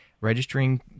registering